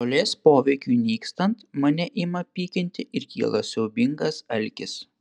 žolės poveikiui nykstant mane ima pykinti ir kyla siaubingas alkis